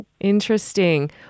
Interesting